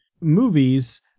movies